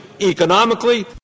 economically